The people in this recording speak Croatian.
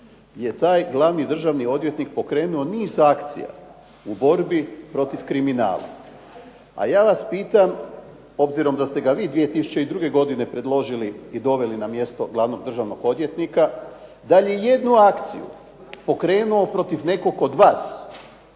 je taj glavni državni odvjetnik pokrenuo niz akcija u borbi protiv kriminala. A ja vas pitam obzirom da ste ga vi 2002. godine predložili i doveli na mjesto glavnog državnog odvjetnika da li je jednu akciju pokrenuo protiv nekoga od vas